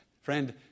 Friend